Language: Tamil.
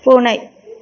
பூனை